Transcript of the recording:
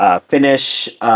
finish